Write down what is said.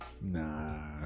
Nah